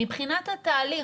מבחינת התהליך,